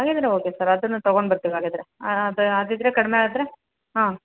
ಹಾಗಿದ್ದರೆ okay sir ಅದನ್ನು ತೊಗೊಂಡು ಬರುತ್ತೀವಿ ಹಾಗಾದ್ರೆ ಅದು ಅದಿದ್ದರೆ ಕಡಿಮೆ ಆದರೆ ಹಾಂ